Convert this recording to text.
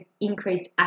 increased